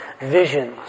visions